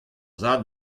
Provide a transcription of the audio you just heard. zad